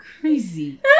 crazy